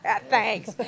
Thanks